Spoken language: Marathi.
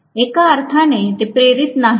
एका अर्थाने ते प्रेरित नाहीत